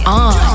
on